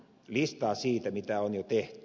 listaa siitä mitä on jo tehty